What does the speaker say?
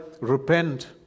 repent